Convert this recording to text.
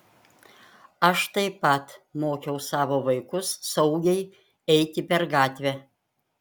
aš taip pat mokiau savo vaikus saugiai eiti per gatvę